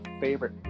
favorite